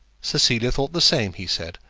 cecilia thought the same, he said,